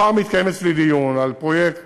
מחר מתקיים אצלי דיון על פרויקט